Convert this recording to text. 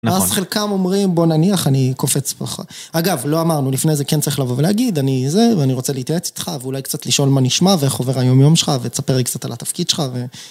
אז חלקם אומרים, בוא נניח, אני קופץ בך. אגב, לא אמרנו לפני זה, כן צריך לבוא ולהגיד, אני זה, ואני רוצה להתייעץ איתך, ואולי קצת לשאול מה נשמע, ואיך עובר היום יום שלך, ותספר לי קצת על התפקיד שלך.